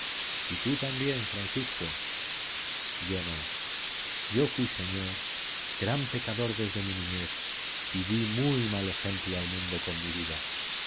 y tú también francisco yo no yo fui señor gran pecador desde mi niñez y di muy mal ejemplo al mundo con mi vida